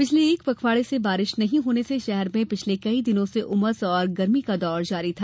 पिछले एक पखवाडे से बारिश नहीं होने से शहर में पिछले कई दिन से उमस और गर्मी का दौर जारी था